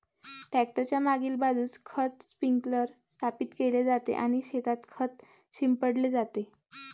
tractor च्या मागील बाजूस खत स्प्रिंकलर स्थापित केले जाते आणि शेतात खत शिंपडले जाते